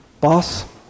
Boss